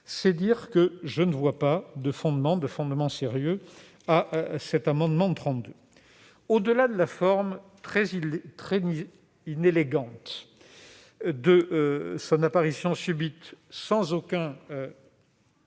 peu dire que je ne vois pas de fondement sérieux à cet amendement n° 32. Au-delà de la forme très inélégante- son apparition subite, sans aucun